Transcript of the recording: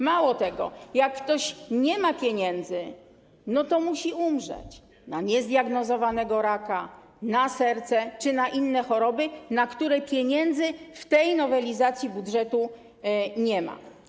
Mało tego, jak ktoś nie ma pieniędzy, no to musi umrzeć na niezdiagnozowanego raka, na serce czy na inne choroby, na które pieniędzy w tej nowelizacji budżetu nie ma.